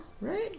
right